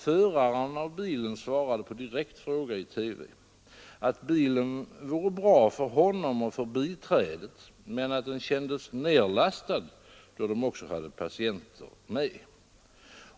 Föraren av bilen svarade på direkt fråga i TV, att bilen vore bra för honom och för biträdet, men att den kändes nerlastad då de också hade patienter med.